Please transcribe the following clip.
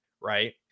right